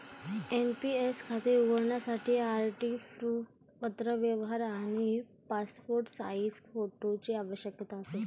NPS खाते उघडण्यासाठी ID proof, पत्रव्यवहार आणि पासपोर्ट साइज फोटोची आवश्यकता असेल